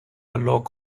lock